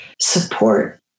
support